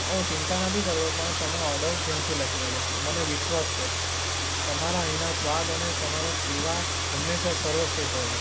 હા હું ચિંતા નથી કરતો પણ તમે ઓર્ડર ધ્યાનથી લખી લેજો મને વિશ્વાસ છે તમારા અહીંના સ્વાદ અને તમારા સેવા હંમેશાં સર્વશ્રેષ્ઠ હોય છે